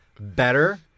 better